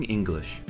English